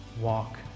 walk